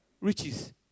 Riches